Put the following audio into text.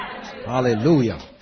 Hallelujah